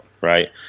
right